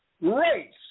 race